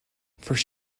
first